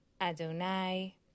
Adonai